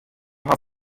haw